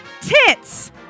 tits